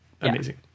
amazing